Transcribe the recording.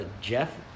Jeff